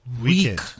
week